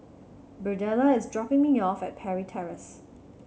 Birdella is dropping me off at Parry Terrace